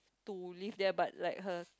to live there but like her